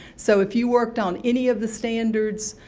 so if you worked on any of the standards,